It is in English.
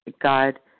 God